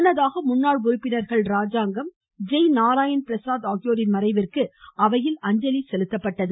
முன்னதாக முன்னாள் உறுப்பினர்கள் ராஜாங்கம் ஜெய் நாராயண் பிரசாத் ஆகியோரின் மறைவிற்கு அவையில் அஞ்சலி செலுத்தப்பட்டது